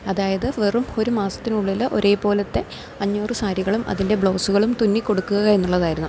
അതായത് വെറും ഒരു മാസത്തിനുള്ളിൽ ഒരേപോലത്തെ അഞ്ഞൂറ് സാരികളും അതിൻ്റെ ബ്ലൗസ്സുകളും തുന്നിക്കൊടുക്കുക എന്നുള്ളതായിരുന്നു